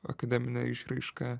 akademinę išraišką